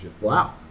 Wow